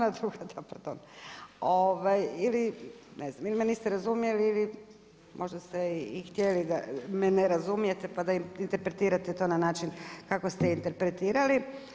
Ne znam ili me niste razumjeli ili možda ste i htjeli da me ne razumijete pa da interpretirate to na način kako ste interpretirali.